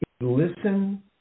listen